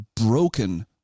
broken